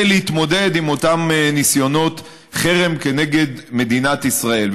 להתמודד עם אותם ניסיונות חרם כנגד מדינת ישראל.